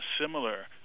similar